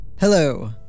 Hello